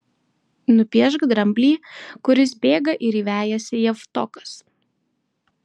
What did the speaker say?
nupiešk dramblį kuris bėga ir jį vejasi javtokas